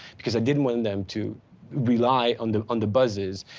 because i didn't want them to rely on the and buzzes.